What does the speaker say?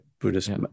buddhist